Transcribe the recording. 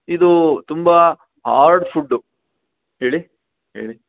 ಇದು ತುಂಬಾ ಆಡ್ ಫುಡ್ಡು ಏಳಿ ಏಳಿ